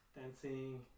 dancing